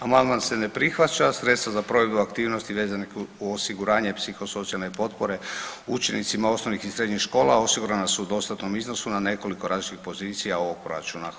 Amandman se ne prihvaća, sredstva za provedbu aktivnosti vezane u osiguranje psihosocijalne potpore učenicima osnovnih i srednjih škola osigurana su u dostatnom iznosu na nekoliko različitih pozicija ovog proračuna.